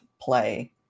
Play